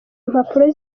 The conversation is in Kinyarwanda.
impapuro